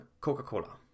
Coca-Cola